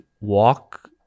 walk